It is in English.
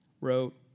wrote